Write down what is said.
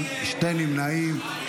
שני נמנעים,